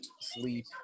Sleep